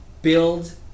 build